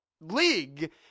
league